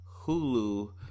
Hulu